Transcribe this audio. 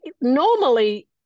normally